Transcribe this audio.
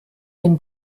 den